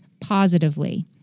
positively